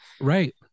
Right